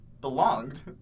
belonged